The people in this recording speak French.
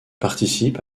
participe